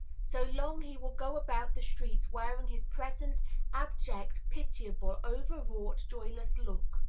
so long he will go about the streets wearing his present abject, pitiable, overwrought, joyless look.